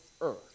earth